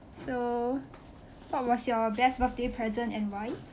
so what was your best birthday present and why